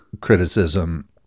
criticism